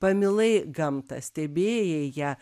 pamilai gamtą stebėjai ją